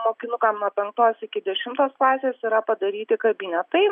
mokinukam nuo penktos iki dešimtos klasės yra padaryti kabinetai